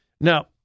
Now